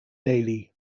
daily